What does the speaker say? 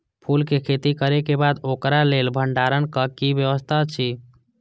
फूल के खेती करे के बाद ओकरा लेल भण्डार क कि व्यवस्था अछि?